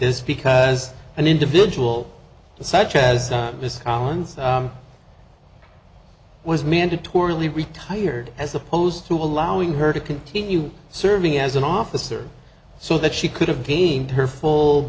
this because an individual such as this sounds was mandatorily retired as opposed to allowing her to continue serving as an officer so that she could have gained her ful